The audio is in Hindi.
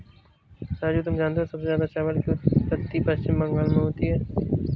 राजू तुम जानते हो सबसे ज्यादा चावल की उत्पत्ति पश्चिम बंगाल में होती है